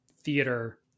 theater